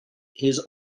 his